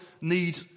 Need